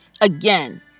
again